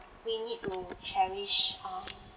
we need to cherish um